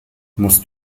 musst